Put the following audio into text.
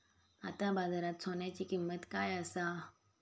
आता बाजारात सोन्याची किंमत काय असा?